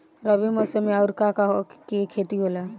रबी मौसम में आऊर का का के खेती होला?